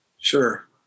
Sure